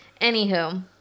Anywho